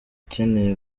ukeneye